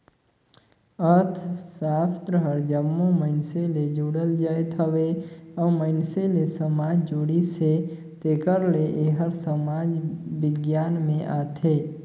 अर्थसास्त्र हर जम्मो मइनसे ले जुड़ल जाएत हवे अउ मइनसे ले समाज जुड़िस हे तेकर ले एहर समाज बिग्यान में आथे